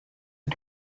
die